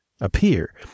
appear